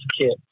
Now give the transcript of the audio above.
kids